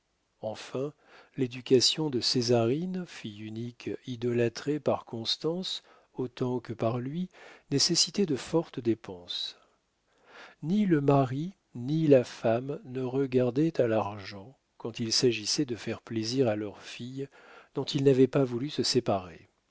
enfin l'éducation de césarine fille unique idolâtrée par constance autant que par lui nécessitait de fortes dépenses ni le mari ni la femme ne regardaient à l'argent quand il s'agissait de faire plaisir à leur fille dont ils n'avaient pas voulu se séparer